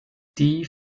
die